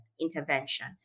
intervention